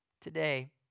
Today